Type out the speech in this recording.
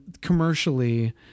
commercially